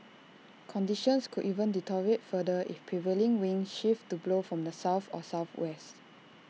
conditions could even deteriorate further if prevailing winds shift to blow from the south or south west